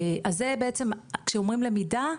אז בעצם כשאומרים למידה,